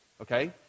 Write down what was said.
okay